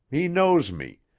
he knows me.